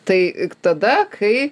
tai tada kai